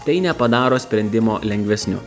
tai nepadaro sprendimo lengvesniu